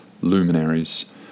luminaries